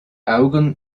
augen